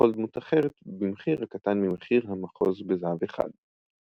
לכל דמות אחרת במחיר הקטן ממחיר המחוז בזהב אחד.